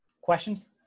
Questions